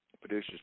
producers